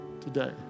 today